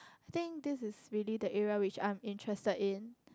I think this is really the area which I'm interested in